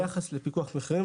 ביחס לפיקוח מחירים,